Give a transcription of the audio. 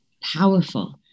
powerful